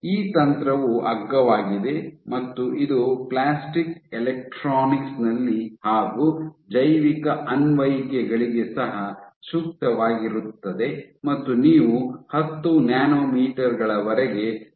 ಈ ತಂತ್ರವು ಅಗ್ಗವಾಗಿದೆ ಮತ್ತು ಇದು ಪ್ಲಾಸ್ಟಿಕ್ ಎಲೆಕ್ಟ್ರಾನಿಕ್ಸ್ ನಲ್ಲಿ ಹಾಗು ಜೈವಿಕ ಅನ್ವಯಿಕೆಗಳಿಗೆ ಸಹ ಸೂಕ್ತವಾಗಿರುತ್ತದೆ ಮತ್ತು ನೀವು ಹತ್ತು ನ್ಯಾನೊಮೀಟರ್ ಗಳವರೆಗೆ ರೆಸಲ್ಯೂಶನ್ ಹೊಂದಬಹುದು